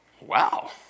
wow